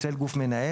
אצל גוף מנהל,